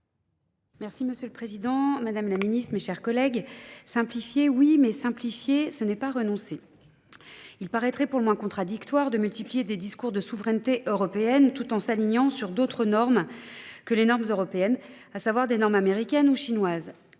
Merci Monsieur le Président, Madame la Ministre, mes chers collègues. Simplifier oui, mais simplifier ce n'est pas renoncer. Il paraîtrait pour le moins contradictoire de multiplier des discours de souveraineté européenne tout en s'alignant sur d'autres normes que les normes européennes, à savoir des normes américaines ou chinoises.